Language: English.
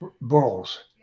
balls